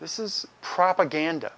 this is propaganda